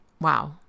Wow